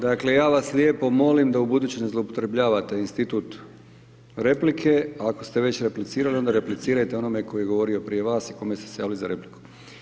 Dakle, ja vas lijepo molim da ubuduće ne zloupotrebljavate institut replike, ako ste već replicirali, onda replicirajte onome tko je govorio prije vas i kome ste se javili za repliku.